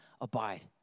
abide